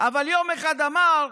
אבל יום אחד אמר: